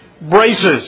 braces